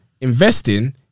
Investing